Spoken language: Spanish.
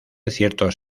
ciertos